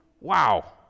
Wow